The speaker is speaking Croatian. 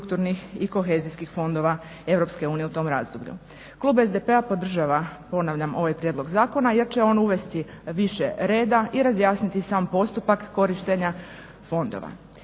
i kohezijskih fondova Europske unije u tom razdoblju. Klub SDP-a podržava ponavljam ovaj prijedlog zakona jer će on uvesti više reda i razjasniti sam postupak korištenja fondova.